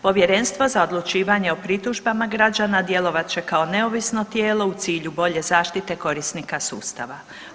Povjerenstvo za odlučivanje o pritužbama građana djelovat će kao neovisno tijelo u cilju bolje zaštite korisnika sustava.